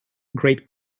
great